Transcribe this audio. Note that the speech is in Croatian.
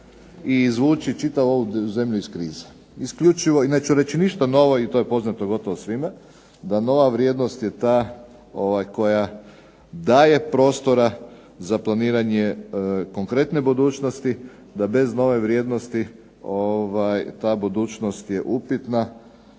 i izvući čitavu ovu zemlju iz krize, isključivo i neću reći ništa ovo, i to je poznato gotovo svima da nova vrijednost je ta koja daje prostora za planiranje konkretne budućnosti, da bez nove vrijednosti ta budućnost je upitna,